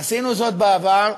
עשינו זאת בעבר,